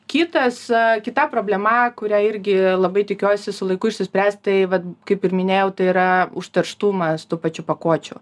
kitas kita problema kurią irgi labai tikiuosi su laiku išsispręs tai vat kaip ir minėjau tai yra užterštumas tų pačių pakuočių